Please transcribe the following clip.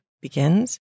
begins